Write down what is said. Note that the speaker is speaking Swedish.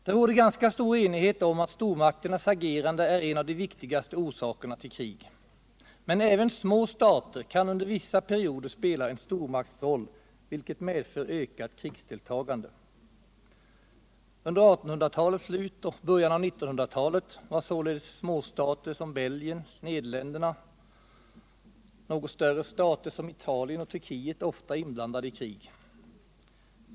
Det råder ganska stor enighet om att stormakternas agerande är en av de viktigaste orsakerna till krig. Men även små stater kan under vissa perioder spela en stormaktsroll, vilket medför ökat krigsdeltagande. Under 1800-talets slut och början av 1900-talet var således små stater som Belgien och Nederländerna och något större stater som Italien och Turkiet ofta inblandade i krig.